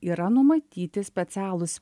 yra numatyti specialūs